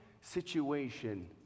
situation